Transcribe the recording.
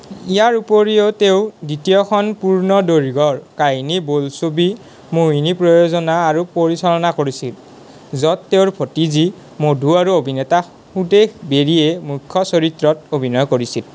ইয়াৰ উপৰিও তেওঁ দ্বিতীয়খন পূৰ্ণদৈৰ্ঘ্যৰ কাহিনী বোলছবি মোহিনী প্ৰযোজনা আৰু পৰিচালনা কৰিছিল য'ত তেওঁৰ ভতিজী মধু আৰু অভিনেতা সুদেশ বেৰীয়ে মুখ্য চৰিত্ৰত অভিনয় কৰিছিল